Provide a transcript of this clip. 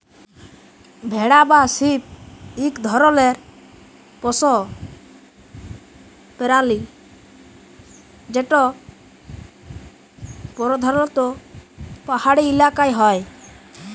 ভেড়া বা শিপ ইক ধরলের পশ্য পেরালি যেট পরধালত পাহাড়ি ইলাকায় হ্যয়